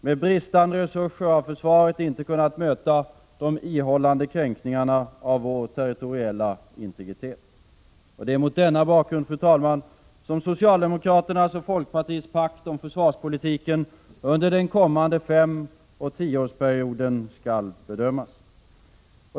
Med bristande resurser har försvaret inte kunnat möta de ihållande kränkningarna av vår territoriella integritet. Det är mot denna bakgrund som socialdemokraternas och folkpartiets pakt om försvarspolitiken under den kommande femoch tioårsperioden skall bedömas.